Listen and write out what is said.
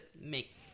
make